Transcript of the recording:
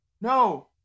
no